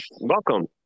welcome